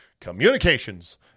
Communications